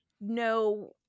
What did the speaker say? No